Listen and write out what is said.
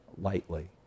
lightly